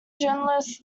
journalist